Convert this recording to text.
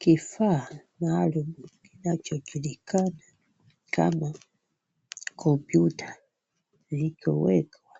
Kifaa maalum kinachojulikana kama kompyuta kilichowekwa